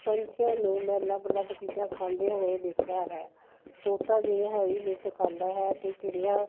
ਪੰਛੀਆਂ ਨੂੰ ਮੈਂ ਅਲੱਗ ਅਲੱਗ ਚੀਜ਼ਾਂ ਖਾਂਦੇ ਹੋਏ ਦੇਖਿਆ ਹੈ ਤੋਤਾ ਜਿਵੇਂ ਹਰੀ ਮਿਰਚ ਖਾਂਦਾ ਹੈ ਅਤੇ ਚਿੜੀਆਂ